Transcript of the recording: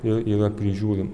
ir yra prižiūrima